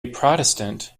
protestant